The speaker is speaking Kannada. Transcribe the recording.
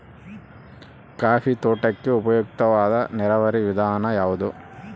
ಕಾಫಿ ತೋಟಕ್ಕೆ ಉಪಯುಕ್ತವಾದ ನೇರಾವರಿ ವಿಧಾನ ಯಾವುದು?